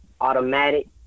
Automatic